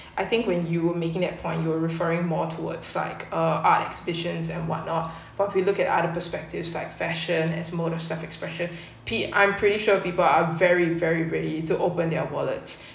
I think when you were making at point you're referring more towards like uh art exhibitions and what not but if you look at other perspectives like fashion as mode of self expression K I'm pretty sure people are very very ready to open their wallets